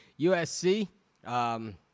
USC